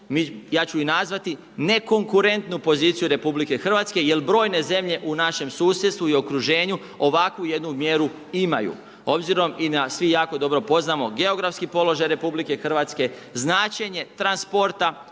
ja ću je nazvati nekonkurentnu poziciju RH jel brojne zemlje u našem susjedstvu i okruženju ovakvu jednu mjeru imaju. Obzirom i da svi jako dobro poznajemo geografski položaja RH, značenje transporta